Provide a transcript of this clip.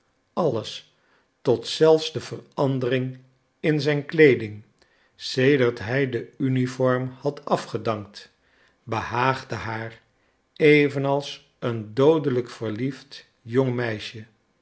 alles tot zelfs de verandering in zijn kleeding sedert hij de uniform had afgedankt behaagde haar evenals een doodelijk verliefd jong meisje